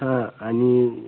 हां आणि